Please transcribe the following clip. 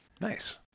Nice